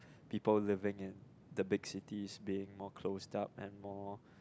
people living in the big cities being more closed up and more